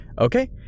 Okay